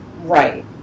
right